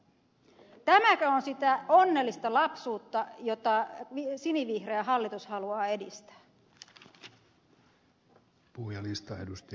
tämäkö on sitä onnellista lapsuutta jota sinivihreä hallitus haluaa edistää